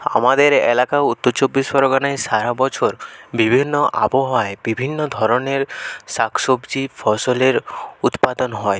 আমাদের এলাকা উত্তর চব্বিশ পরগনায় সারা বছর বিভিন্ন আবহাওয়ায় বিভিন্ন ধরনের শাক সবজি ফসলের উৎপাদন হয়